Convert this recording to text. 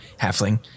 halfling